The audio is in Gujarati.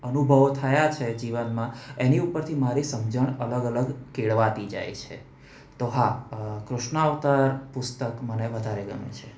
અનુભવો થયા છે જીવનમાં એની ઉપરથી મારી સમજણ અલગ અલગ કેળવાતી જાય છે તો હા કૃષ્ણા અવતાર પુસ્તક મને વધારે ગમે છે